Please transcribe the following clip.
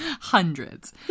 hundreds